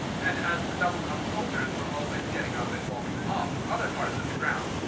and, as the doubled-up soldiers were always getting up and walking off to other parts of the ground,